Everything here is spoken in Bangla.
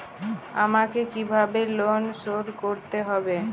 আমাকে কিভাবে লোন শোধ করতে হবে?